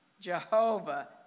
Jehovah